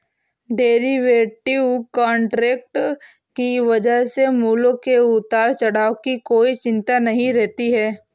derivative contract की वजह से मूल्यों के उतार चढ़ाव की कोई चिंता नहीं रहती है